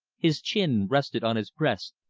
his chin rested on his breast,